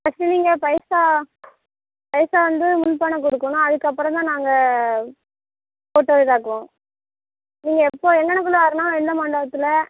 first நீங்கள் பைசா பைசா வந்து முன்பணம் கொடுக்கணும் அதுக்கப்பறம்தான் நாங்கள் ஃபோட்டோவே காட்டுவோம் நீங்கள் எப்போ எங்கனக்குள்ளே வரணும் எந்த மண்டபத்தில்